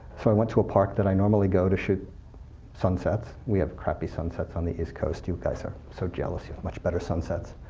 so i went to a part that i normally go to shoot sunsets. we have crappy sunsets on the east coast. you guys, i'm ah so jealous, you have much better sunsets.